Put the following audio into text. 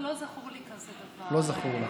לא זכור כזה דבר,